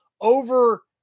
over